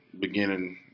beginning –